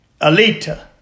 Alita